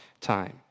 time